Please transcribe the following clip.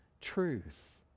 truth